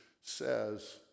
says